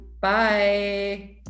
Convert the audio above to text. Bye